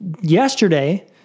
yesterday